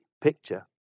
picture